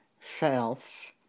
selves